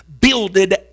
builded